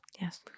Yes